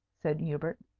said hubert.